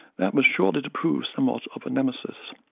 that was shortly to prove somewhat of a nemesis.